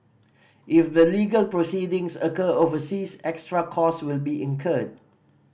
if the legal proceedings occur overseas extra costs will be incurred